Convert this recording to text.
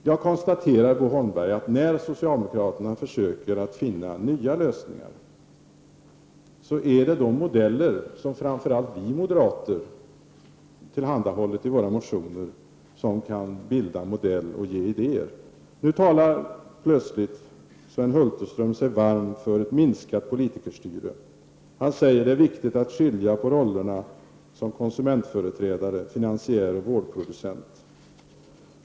Jag konstaterar, Bo Holmberg, att när socialdemokraterna försöker finna nya lösningar, är det de modeller som framför allt vi moderater har tillhandahållit i våra motioner som kan bilda modell och ge idéer. Nu talar Hulterström plötsligt sig varm för ett minskat politikerstyre. Han säger att det är viktigt att skilja på rollerna som konsumentföreträdare, finansiär och vårdproducent.